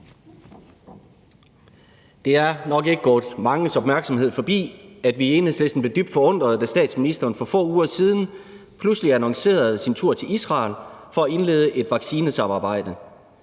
Det er nok ikke gået manges opmærksomhed forbi, at vi i Enhedslisten blev dybt forundret, da statsministeren for få uger siden pludselig annoncerede sin tur til Israel for at indlede et vaccinesamarbejdeIs